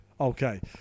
Okay